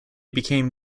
became